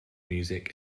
music